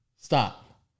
Stop